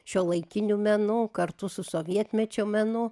šiuolaikiniu menu kartu su sovietmečio menu